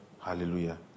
Hallelujah